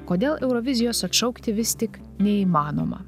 kodėl eurovizijos atšaukti vis tik neįmanoma